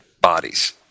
bodies